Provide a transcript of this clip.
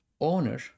owner